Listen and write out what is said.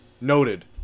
Noted